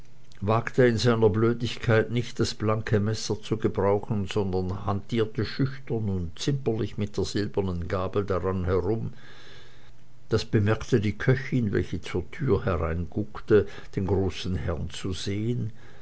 wagte in seiner blödigkeit nicht das blanke messer zu brauchen sondern hantierte schüchtern und zimperlich mit der silbernen gabel daran herum das bemerkte die köchin welche zur türe hereinguckte den großen herren zu sehen